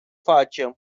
facem